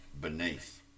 Beneath